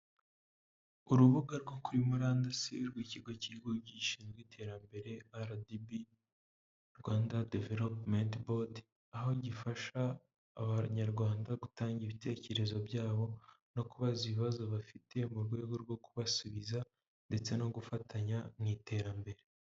Urubuga rwo kuri murandasi rw'ikigo cy'ikigo gishinzwe iterambere RDB, Rwanda developumenti bodi, aho gifasha abayarwanda gutanga ibitekerezo byabo, no kubaza ibibazo bafite mu rwego rwo kubasubiza ndetse no gufatanya mu iterambere.